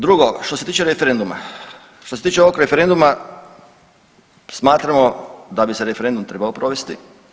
Drugo, što se tiče referenduma, što se tiče ovog referenduma smatramo da bi se referendum trebao provesti.